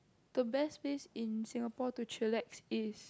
the best place in Singapore to chillax is